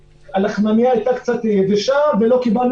הלחמנייה הייתה קצת יבשה ולא קיבלנו